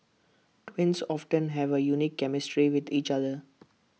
twins often have A unique chemistry with each other